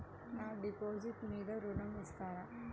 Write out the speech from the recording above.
నా డిపాజిట్ మీద ఋణం ఇస్తారా?